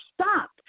stop